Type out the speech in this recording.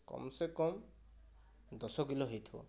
କମ ସେ କମ ଦଶ କିଲୋ ହୋଇଥିବ